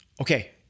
okay